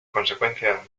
consecuencia